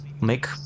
make